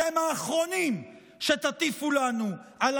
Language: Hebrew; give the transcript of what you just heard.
ואתם הורסים כל חלקה טובה.